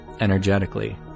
energetically